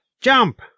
jump